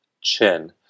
chin